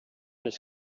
les